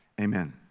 amen